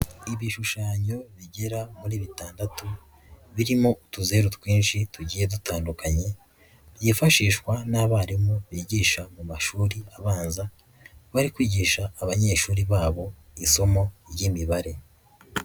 Ibishushanyo bigera muri bitandatu, birimo utuzeru twinshi tugiye dutandukanye, byifashishwa n'abarimu bigisha mu mashuri abanza, bari kwigisha abanyeshuri babo isomo ry'imibare.